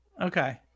Okay